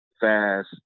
fast